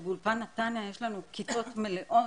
שבאולפן נתניה יש לנו כיתות מלאות